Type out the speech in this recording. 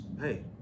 hey